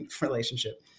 relationship